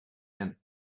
and